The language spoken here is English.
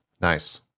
Nice